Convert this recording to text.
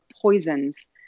poisons